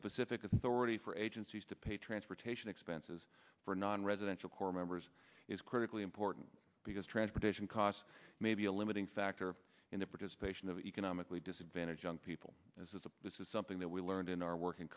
specific authority for agencies to pay transportation expenses for nonresidential corps members is critically important because transportation costs may be a limiting factor in the participation of economically disadvantaged young people as opposed to something that we learned in our work in